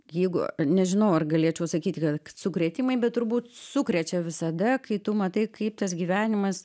jeigu nežinau ar galėčiau sakyti kad sukrėtimai bet turbūt sukrečia visada kai tu matai kaip tas gyvenimas